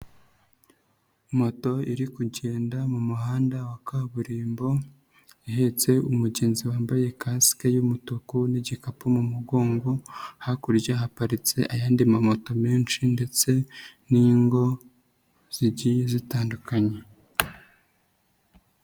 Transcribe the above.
Moto iri kugenda mu muhanda wa kaburimbo, ihetse umugenzi wambaye kasike y'umutuku n'igikapu mu mugongo, hakurya haparitse ayandi mamoto menshi ndetse n'ingo zigiye zitandukanye.